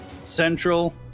Central